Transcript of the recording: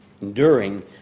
enduring